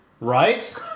right